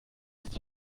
ist